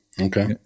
Okay